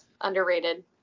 underrated